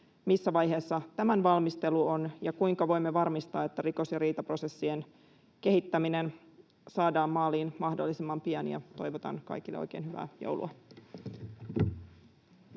missä vaiheessa tämän valmistelu on, ja kuinka voimme varmistaa, että rikos‑ ja riitaprosessien kehittäminen saadaan maaliin mahdollisimman pian? Toivotan kaikille oikein hyvää joulua.